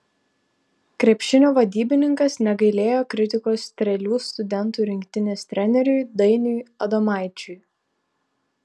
krepšinio vadybininkas negailėjo kritikos strėlių studentų rinktinės treneriui dainiui adomaičiui